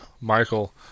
michael